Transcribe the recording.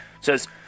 Says